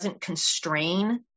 constrain